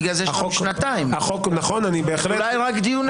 בגלל זה יש שנתיים, אולי רק דיון אחד.